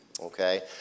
Okay